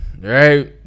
Right